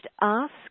ask